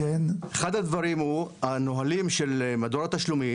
אחד הדברים הוא הנהלים של מדור התשלומים,